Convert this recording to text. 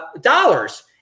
dollars